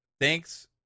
thanks